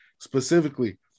specifically